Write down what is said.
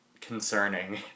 concerning